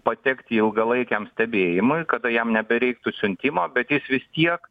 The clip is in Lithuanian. patekti ilgalaikiam stebėjimui kada jam nebereiktų siuntimo bet jis vis tiek